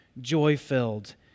joy-filled